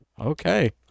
Okay